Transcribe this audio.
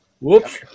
Whoops